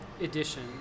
edition